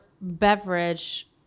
beverage